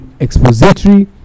expository